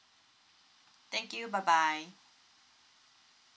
thank you bye bye